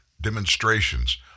demonstrations